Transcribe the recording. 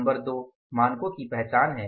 number दो मानकों की पहचान है